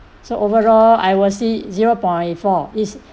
so overall I will see zero point four is